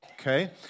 Okay